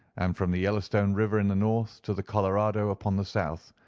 and from the yellowstone river in the north to the colorado upon the south,